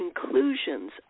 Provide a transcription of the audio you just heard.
conclusions